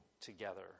together